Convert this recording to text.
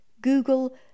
Google